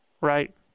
right